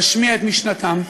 להשמיע את משנתם,